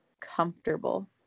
comfortable